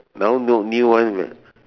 now no new one re